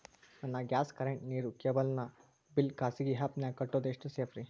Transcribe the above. ನನ್ನ gas current, ನೇರು, cable ನ ಬಿಲ್ ಖಾಸಗಿ ಆ್ಯಪ್ ನ್ಯಾಗ್ ಕಟ್ಟೋದು ಎಷ್ಟು ಸೇಫ್ರಿ?